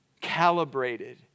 calibrated